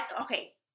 okay